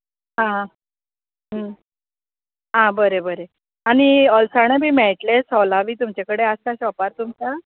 आं बरें बरें आनी अळसाणे बी मेळटले सोलां बी तुमचे कडेन आसा शोपार तुमच्या